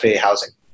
housing